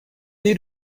need